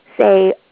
say